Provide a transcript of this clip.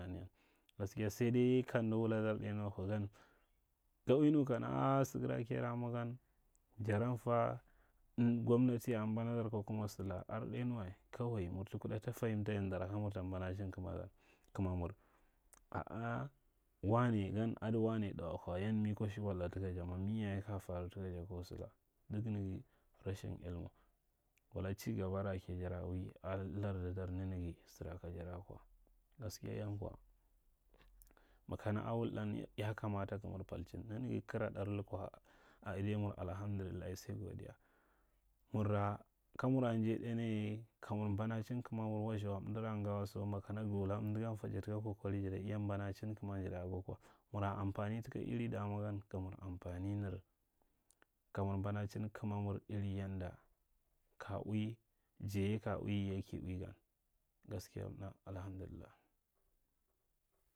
Gaskiya saidai kamda wuladar ɗainyi waka gag a ui mikana a a, sagara kajara mwa jan, jaran fa, am, gwamnati a mban ko kuma salaka ar, ɗainyiwa. Kawai murta kuɗa ta fahinta yandara kamur tara mbanacin kamadar, kamamur. A’a wane gan ada wane ɗa waka, yan miko shikwal taka ja, sukwa duk naga rashin ilmu wuda ci gaba ra kajara ui a lardatar nanaga sara kajara kwa. Gaskiya yan kwa, makana a wulɗan ya kamata ka nur palchin. Kara ɗar lakwa a adaiyamur, alhamdulliha sai godiya. Munra kamura nɗai ɗaiyan iye, ka mur mbanachin kamamur, wastha wa, amdara nga wa so makana ga wula fa dundagan jatska kwakwari jada iya mhanachin kaman jada ago kwa mara amfari taka iri dama gan, kamur amfani mir kamur mbanachin kamamar iri yanda ke ui, ja ye ka ui, yi ye ki ui gan. Gaskiya mna, alhandilillahi!